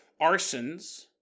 arsons